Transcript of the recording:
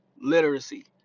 literacy